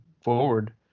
forward